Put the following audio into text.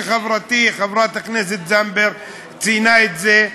וחברתי חברת הכנסת זנדברג ציינה את זה,